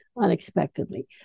unexpectedly